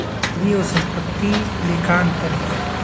पूंजी अऊ संपत्ति ले का अंतर हे?